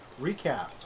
recap